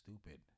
stupid